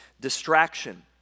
distraction